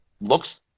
looks